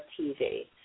TV